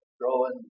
growing